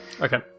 Okay